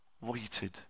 waited